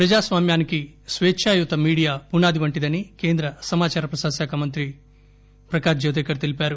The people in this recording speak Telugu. ప్రజాస్వామ్యానికి స్వేచ్చాయుత మీడియా పునాది వంటిదని కేంద్ర సమాచార ప్రసార శాఖ మంత్రి ప్రకాష్ జవదేకర్ తెలిపారు